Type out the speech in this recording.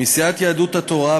מסיעת יהדות התורה,